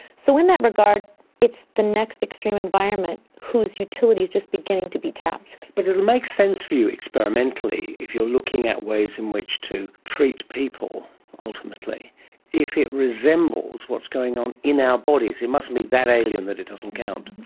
so in that regard it's the next extreme environment whose utility is just beginning to be tapped. but it would make sense for you experimentally if looking at ways in which to treat people ultimately if it resembles what's going on in our bodies. it mustn't be that alien that it doesn't count.